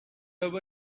our